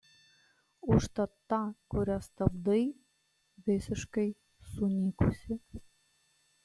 užtat ta kuria stabdai visiškai sunykusi